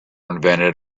invented